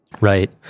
Right